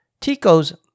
ticos